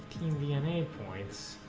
dna points